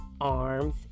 arms